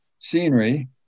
scenery